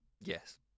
Yes